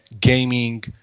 gaming